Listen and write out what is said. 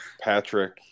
Patrick